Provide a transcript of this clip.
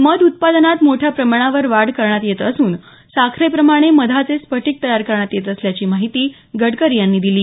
मध उत्पादनात मोठ्या प्रमाणावर वाढ करण्यात येत असून साखरेप्रमाणे मधाचे स्फटिक तयार करण्यात येत असल्याची माहिती गडकरी यांनी दिली